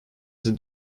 the